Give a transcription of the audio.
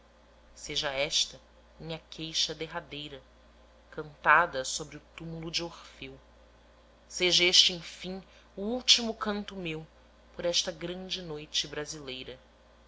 seja esta minha queixa derradeira cantada sobre o túmulo de orfeu seja este enfim o último canto meu por esta grande noite brasileira